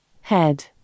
Head